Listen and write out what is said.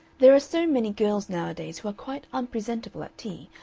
there are so many girls nowadays who are quite unpresentable at tea,